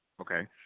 Okay